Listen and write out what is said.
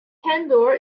candor